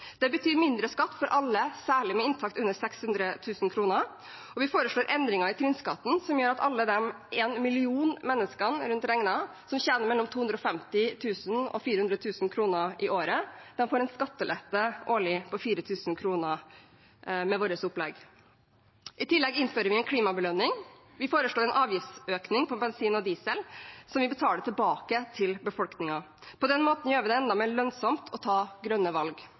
Det betyr mindre skatt særlig for alle med inntekt under 600 000 kroner. Vi foreslår endringer i trinnskatten som gjør at alle de en million menneskene som tjener mellom 250 000 og 400 000 kr i året, får en årlig skattelette på 4 000 kr med vårt opplegg. I tillegg innfører vi klimabelønning. Vi foreslår en avgiftsøkning på bensin og diesel som vi betaler tilbake til befolkningen. På den måten gjør vi det enda mer lønnsomt å ta grønne valg.